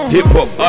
Hip-Hop